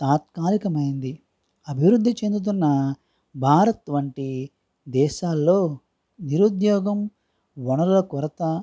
తాత్కాలికమైనది అభివృద్ధి చెందుతున్న భారత్ వంటి దేశాల్లో నిరుద్యోగం వనరుల కొరత